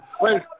Wait